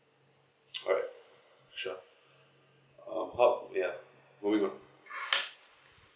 alright sure um how ya moving on